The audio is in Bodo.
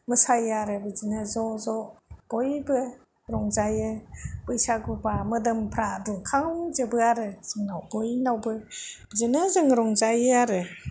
मोसायो आरो बिदिनो ज'ज' बयबो रंजायो बैसागुबा मोदोमफ्रा दुंखावजोबो आरो जोंनाव बयनावबो बिदिनो जों रंजायो आरो